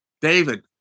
David